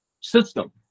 system